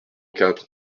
quatre